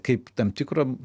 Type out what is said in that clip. kaip tam tikro